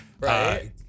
Right